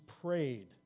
prayed